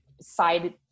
side